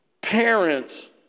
parents